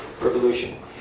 revolution